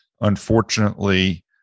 Unfortunately